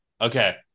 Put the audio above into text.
Okay